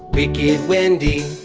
wicked wendy.